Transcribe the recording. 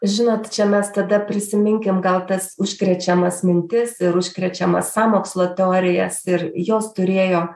žinot čia mes tada prisiminkim gal tas užkrečiamas mintis ir užkrečiamas sąmokslo teorijas ir jos turėjo